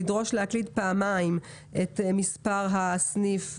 לדרוש להקליד פעמיים את מספר הסניף,